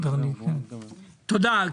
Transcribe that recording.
תודה.